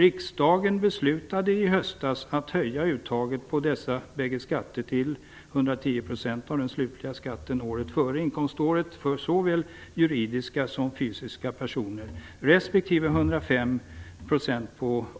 Riksdagen beslutade i höstas att höja uttaget på dessa bägge skatter till 110 % av den slutliga skatten året före inkomståret för såväl juridiska som fysiska personer respektive 105 %